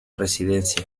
residencia